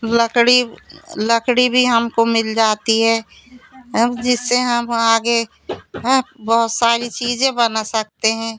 लकड़ी लकड़ी भी हमको मिल जाती है अब जिससे हम आगे हं बहुत सारी चीज़ें बना सकते हैं